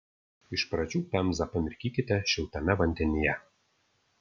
iš pradžių pemzą pamirkykite šiltame vandenyje